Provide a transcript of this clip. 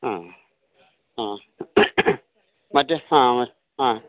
ആ ആ മറ്റേ ആ ആ